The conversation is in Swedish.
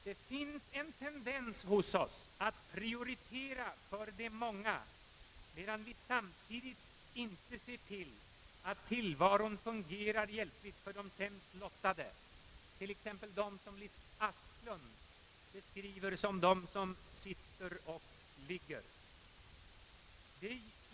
Det finns en tendens hos oss att prioritera för de många, medan vi samtidigt inte ser till att tillvaron blir dräglig för de sämst lottade, t.ex. dem som Lis Asklund beskriver såsom »dem som sitter och ligger».